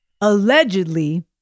allegedly